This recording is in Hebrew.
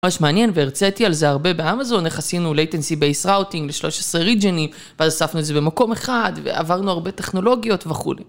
ממש מעניין והרציתי על זה הרבה באמזון, איך עשינו latency based routing ל-13 regionים, ואז הספנו את זה במקום אחד, ועברנו הרבה טכנולוגיות וכולי.